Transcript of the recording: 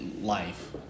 life